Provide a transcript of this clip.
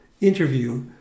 interview